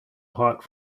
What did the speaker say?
hot